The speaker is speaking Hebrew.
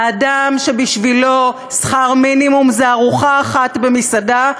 האדם שבשבילו שכר מינימום זה ארוחה אחת במסעדה,